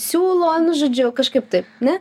siūlo nu žodžiu kažkaip taip ne